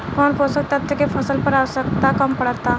कौन पोषक तत्व के फसल पर आवशयक्ता कम पड़ता?